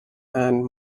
and